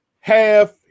half